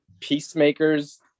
Peacemaker's